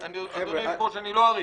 אדוני היושב-ראש, אני לא אאריך.